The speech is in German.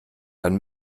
dann